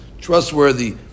trustworthy